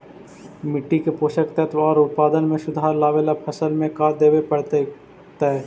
मिट्टी के पोषक तत्त्व और उत्पादन में सुधार लावे ला फसल में का देबे पड़तै तै?